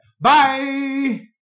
Bye